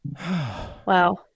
Wow